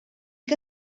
que